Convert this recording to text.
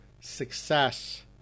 success